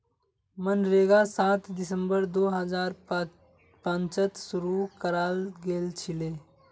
मनरेगा सात दिसंबर दो हजार पांचत शूरू कराल गेलछिले